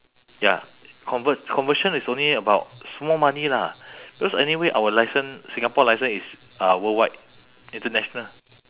ya convert conversion is only about small money lah because anyway our licence singapore licence is uh worldwide international